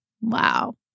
Wow